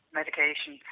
medication